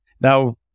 Now